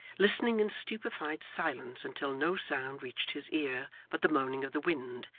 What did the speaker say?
listening in stupefied silence until no sound reached his ear but the moaning of the wind,